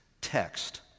text